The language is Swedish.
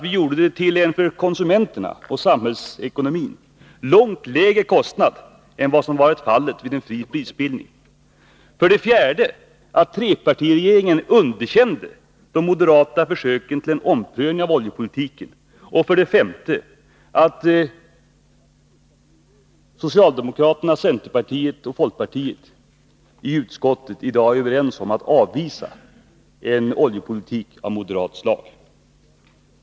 Vi gjorde det till en för konsumenterna och samhällsekonomin långt lägre kostnad än vad som blivit fallet vid en fri prisbildning. 4. Trepartiregeringen underkände de moderata försöken till en omprövning av oljepolitiken. 5. Socialdemokraterna, centerpartisterna och folkpartisterna i utskottet är i dag överens om att avvisa en oljepolitik av moderat slag.